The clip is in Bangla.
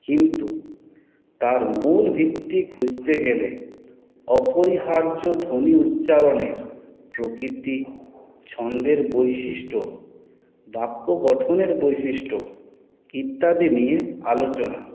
কিন্তু তার মূল ভিত্তি খুঁজতে গেলে অপরিহার্য ধ্বনি উচ্চারণের প্রকৃতি ছন্দের বৈশিষ্ট্য বাক্য গঠনের বৈশিষ্ট্য ইত্যাদি নিয়ে আলোচনা